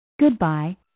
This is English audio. Goodbye